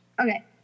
Okay